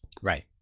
Right